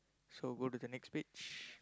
so go to the next page